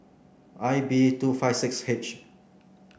I B two five six H